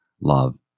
love